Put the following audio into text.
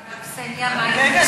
קסניה, מה היא אומרת?